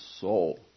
soul